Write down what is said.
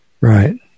right